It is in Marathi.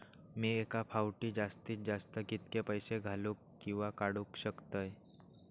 मी एका फाउटी जास्तीत जास्त कितके पैसे घालूक किवा काडूक शकतय?